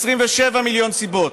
ו-27 מיליון סיבות,